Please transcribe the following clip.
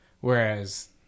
whereas